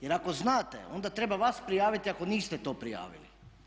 Jer ako znate, onda treba vas prijaviti ako niste to prijavili.